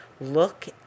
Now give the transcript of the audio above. look